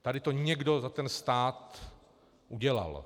Tady to někdo za stát udělal.